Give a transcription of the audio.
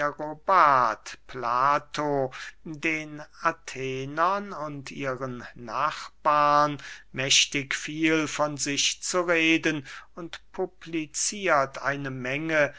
plato den athenern und ihren nachbarn mächtig viel von sich zu reden und publiciert eine menge